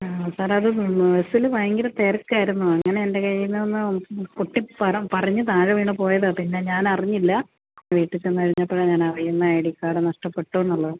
ആ സാർ അത് ബസ്സിൽ ഭയങ്കര തിരക്കായിരുന്നു അങ്ങനെ എൻ്റെ കയ്യിൽ നിന്നൊന്ന് പൊട്ടി പറ പറിഞ്ഞ് താഴെ വീണ് പോയതാണ് പിന്നെ ഞാൻ അറിഞ്ഞില്ല വീട്ടിൽ ചെന്ന് കഴിഞ്ഞപ്പോഴാണ് ഞാൻ അറിയുന്നത് ഐ ഡി കാർഡ് നഷ്ടപ്പെട്ടു എന്നുള്ളത്